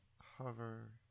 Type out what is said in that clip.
hover